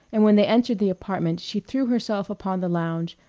and when they entered the apartment she threw herself upon the lounge,